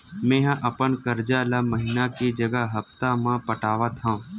मेंहा अपन कर्जा ला महीना के जगह हप्ता मा पटात हव